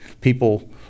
people